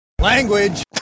Language